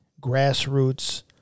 grassroots